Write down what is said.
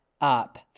up